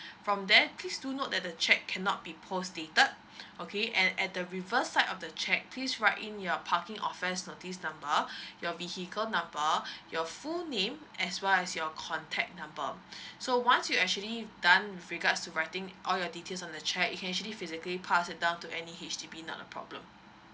from there please do note that the cheque cannot be post dated okay and at the reverse side of the cheque please write in your parking offence notice number your vehicle number your full name as well as your contact number so once you actually done with regards to writing all your details on the cheque you can actually physically pass it down to any H_D_B not a problem